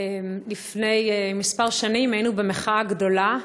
לפני כמה שנים היינו במחאה גדולה,